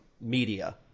media